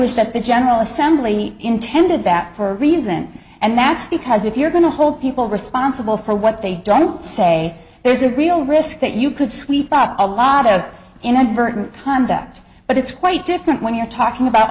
is that the general assembly intended that for a reason and that's because if you're going to hold people responsible for what they don't say there's a real risk that you could sweep up a lot of inadvertent conduct but it's quite different when you're talking about